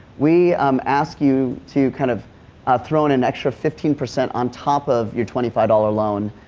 we um ask you to kind of ah throw in an extra fifteen percent on top of your twenty five dollar loan.